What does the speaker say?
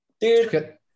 Dude